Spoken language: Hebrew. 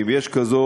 ואם יש כזו,